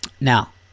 Now